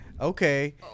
Okay